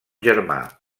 germà